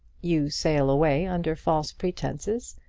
you sail away under false pretences,